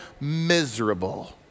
miserable